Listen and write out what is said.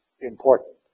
Important